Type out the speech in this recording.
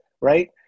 right